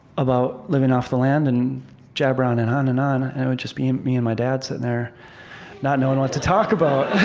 about living off the land and jabber on and on and on, and it would just be me and my dad sitting there not knowing what to talk about.